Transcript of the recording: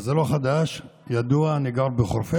זה לא חדש, זה ידוע, אני גר בחורפיש.